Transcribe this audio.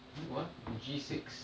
hmm what G six